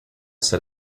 said